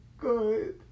good